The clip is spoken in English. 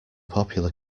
popular